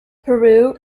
peru